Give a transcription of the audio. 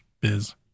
biz